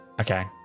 Okay